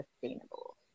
sustainable